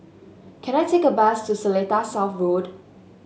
can I take a bus to Seletar South Road